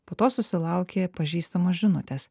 po to susilaukė pažįstamos žinutės